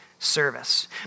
service